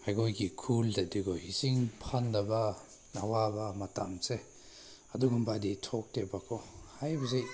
ꯑꯩꯈꯣꯏꯒꯤ ꯈꯨꯜꯗꯗꯤꯀꯣ ꯏꯁꯤꯡ ꯐꯪꯗꯕ ꯑꯋꯥꯕ ꯃꯇꯝꯁꯦ ꯑꯗꯨꯒꯨꯝꯕꯗꯤ ꯊꯣꯛꯇꯦꯕꯀꯣ ꯍꯥꯏꯕꯁꯦ